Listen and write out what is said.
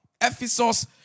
Ephesus